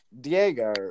Diego